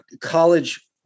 college